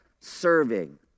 serving